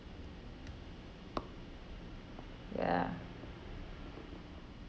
ya